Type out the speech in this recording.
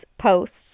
posts